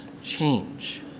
change